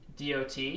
DOT